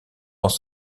dans